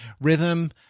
rhythm